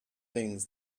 things